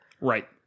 Right